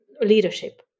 leadership